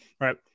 right